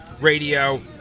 radio